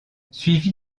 suivi